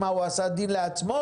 מה, הוא עשה דין לעצמו?